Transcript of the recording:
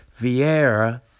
Vieira